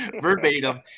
verbatim